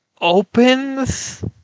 opens